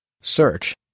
Search